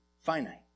finite